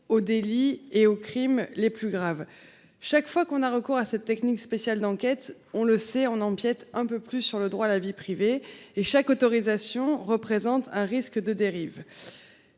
aux délits et aux crimes les plus graves. Chaque fois que l'on a recours à cette technique spéciale d'enquête, on empiète un peu plus sur le droit à la vie privée et chaque autorisation porte en elle un risque de dérive.